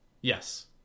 Yes